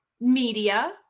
media